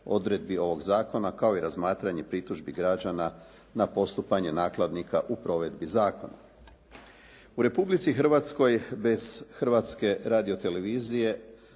odredbi ovog zakona kao i razmatranje pritužbi građana na postupanje nakladnika u provedbi zakona. U Republici Hrvatskoj bez Hrvatske radiotelevizije